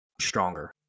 stronger